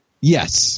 Yes